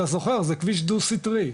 אתה זוכר זה כביש דו סטרי',